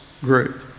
group